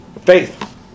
Faith